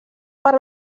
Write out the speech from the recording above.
per